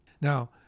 Now